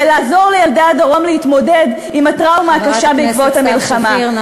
לעזור לילדי הדרום להתמודד עם הטראומה הקשה בעקבות המלחמה.